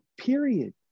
period